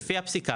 לפי הפסיקה.